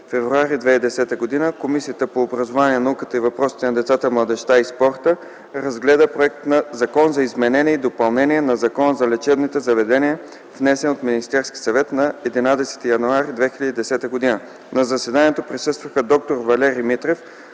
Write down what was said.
17 февруари 2010 г., Комисията по образованието, науката и въпросите на децата, младежта и спорта разгледа проект на Закон за изменение и допълнение на Закона за лечебните заведения, № 002-01-5, внесен от Министерски съвет на 11 януари 2010 г. На заседанието присъстваха д-р Валерий Митрев,